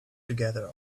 together